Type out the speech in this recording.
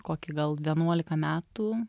kokį gal vienuolika metų